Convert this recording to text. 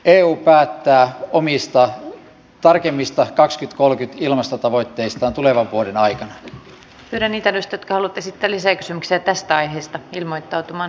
eu päättää omista tarkemmista kakskyt kolkytilmastotavoitteistaan tulevan eduskunta edellyttää että hallitus peruu yksityisistä lääkäripalveluista maksettaviin korvauksiin kohdistetun leikkauksen